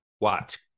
Watch